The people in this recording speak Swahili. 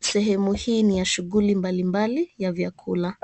Sehemu hii ni ya shughuli mbali mbali ya vyakula.